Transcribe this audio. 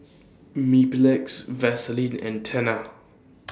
Mepilex Vaselin and Tena